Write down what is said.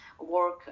work